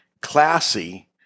classy